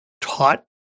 taught